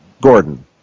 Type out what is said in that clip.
Gordon